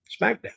SmackDown